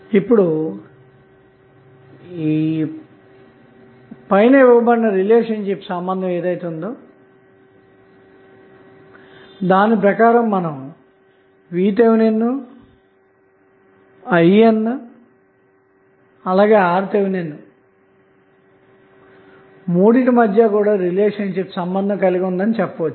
ఇప్పుడు పై సంబంధం ప్రకారం మనం VTh IN మరియు RTh మూడు సంబంధం కలిగి ఉన్నాయని చెప్పచ్చు